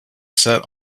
set